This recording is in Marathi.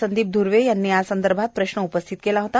संदीप धूर्वे यांनी यासंदर्भात प्रश्न उपस्थित केला होता